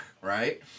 right